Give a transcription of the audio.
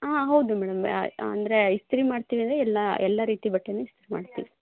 ಆಂ ಹೌದು ಮೇಡಂ ಅಂದರೆ ಇಸ್ತ್ರಿ ಮಾಡ್ತೀವಿ ಅಂದರೆ ಎಲ್ಲ ಎಲ್ಲ ರೀತಿ ಬಟ್ಟೆನೂ ಇಸ್ತ್ರಿ ಮಾಡ್ತೀವಿ